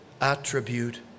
attribute